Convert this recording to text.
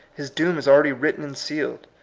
his doom is already written and sealed.